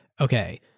okay